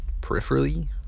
peripherally